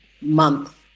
month